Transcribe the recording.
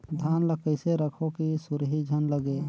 धान ल कइसे रखव कि सुरही झन लगे?